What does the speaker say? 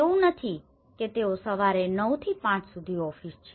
એવું નથી કે તેઓ સવારે 900 થી 500 સુધી ઓફિસ છે